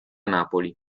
napoli